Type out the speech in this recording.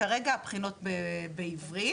כרגע הבחינות הן רק בעברית,